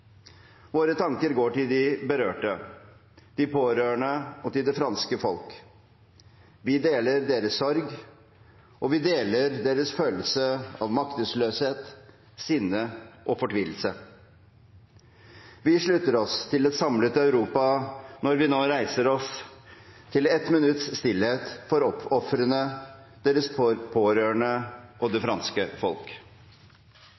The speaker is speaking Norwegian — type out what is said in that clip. Våre tanker går til de berørte, de pårørende og til det franske folk. Vi deler deres sorg, og vi deler deres følelse av maktesløshet, sinne og fortvilelse. Vi slutter oss til et samlet Europa når vi nå holder 1 minutts stillhet for ofrene, deres pårørende og det franske folk.